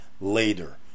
later